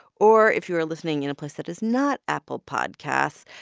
or if you're listening in a place that is not apple podcasts,